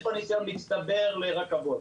אין פה ניסיון מצטבר לרכבות.